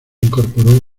incorporó